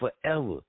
forever